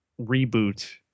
reboot